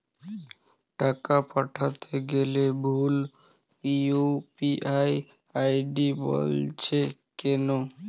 টাকা পাঠাতে গেলে ভুল ইউ.পি.আই আই.ডি বলছে কেনো?